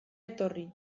etorri